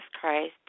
Christ